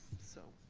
so,